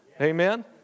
Amen